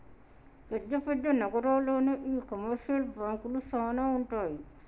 పెద్ద పెద్ద నగరాల్లోనే ఈ కమర్షియల్ బాంకులు సానా ఉంటాయి